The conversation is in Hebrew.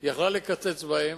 יכלה לקצץ בהם.